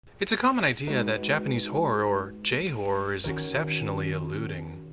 it's a common idea that japanese horror or j-horror is exceptionally eluding.